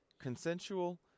consensual